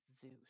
Zeus